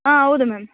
ಹಾಂ ಹೌದು ಮ್ಯಾಮ್